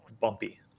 bumpy